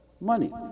Money